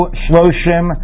shloshim